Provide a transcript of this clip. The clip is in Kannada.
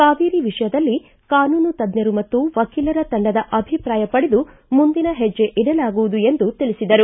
ಕಾವೇರಿ ವಿಷಯದಲ್ಲಿ ಕಾನೂನು ತಜ್ಜರು ಮತ್ತು ವಕೀಲರ ತಂಡದ ಅಭಿಪ್ರಾಯ ಪಡೆದು ಮುಂದಿನ ಹೆಜ್ಜೆ ಇಡಲಾಗುವುದು ಎಂದು ತಿಳಿಸಿದರು